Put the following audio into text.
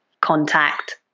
contact